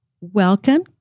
Welcome